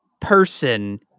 person